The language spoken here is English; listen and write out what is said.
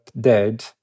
dead